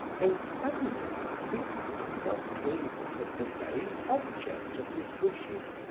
when suddenly he found himself gazing at the very object of his wishes.